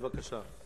בבקשה.